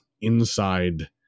inside